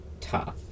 tough